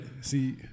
See